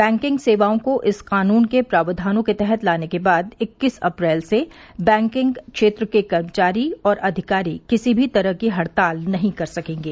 banking सेवाओं को इस कानून के प्रावधानों के तहत लाने के बाद इक्कीस अप्रैल से बैंकिंग क्षेत्र के कर्मचारी और अधिकारी किसी भी तरह की हड़ताल नहीं कर सकेंगे